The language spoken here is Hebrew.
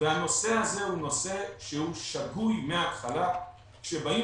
הנושא הזה הוא נושא שהוא שגוי מההתחלה כשבאים